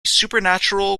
supernatural